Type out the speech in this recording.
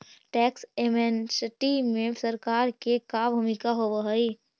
tax amnesty में सरकार के का भूमिका होव हई